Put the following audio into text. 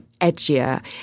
edgier